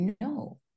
no